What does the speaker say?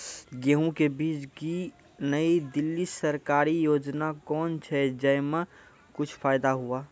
गेहूँ के बीज की नई दिल्ली सरकारी योजना कोन छ जय मां कुछ फायदा हुआ?